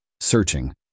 Searching